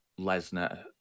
Lesnar